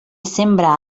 sembra